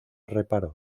reparó